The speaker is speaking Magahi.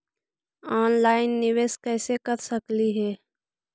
ऑनलाइन निबेस कैसे कर सकली हे?